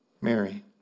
Mary